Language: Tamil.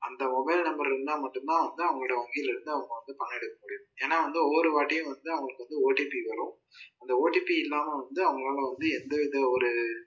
அந்த மொபைல் நம்பர் இருந்தால் மட்டும் தான் வந்து அவங்களோட வங்கியில் இருந்து அவங்க வந்து பணம் எடுக்க முடியும் ஏன்னால் வந்து ஒவ்வொரு வாட்டியும் வந்து அவங்களுக்கு வந்து ஓடிபி வரும் அந்த ஓடிபி இல்லாமல் வந்து அவங்களால வந்து எந்த வித ஒரு